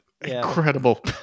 Incredible